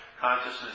consciousness